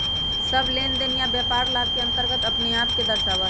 सब लेनदेन या व्यापार लाभ के अन्तर्गत अपने आप के दर्शावा हई